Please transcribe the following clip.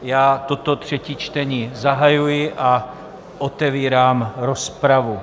Já toto třetí čtení zahajuji a otevírám rozpravu.